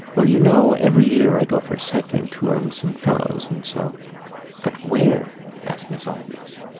well, you know, every year i go for a cycling tour with some fellows and so but where? asked miss ivors.